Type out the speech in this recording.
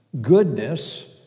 goodness